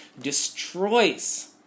destroys